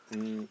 um